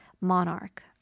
monarch